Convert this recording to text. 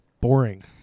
Boring